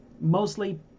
mostly